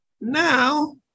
now